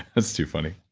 that's too funny.